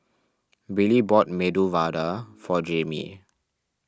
Billie bought Medu Vada for Jamie